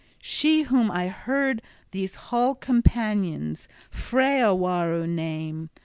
she whom i heard these hall-companions freawaru name,